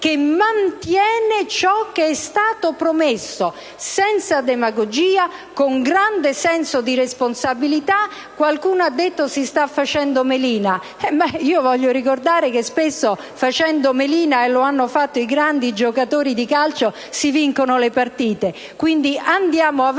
- mantiene le promesse fatte, senza demagogia e con grande senso di responsabilità. Qualcuno ha detto che si sta facendo melina: voglio ricordare che spesso facendo melina (e l'hanno fatta grandi giocatori di calcio) si vincono le partite.